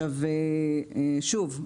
שוב,